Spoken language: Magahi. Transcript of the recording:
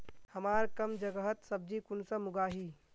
हमार कम जगहत सब्जी कुंसम उगाही?